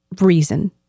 reason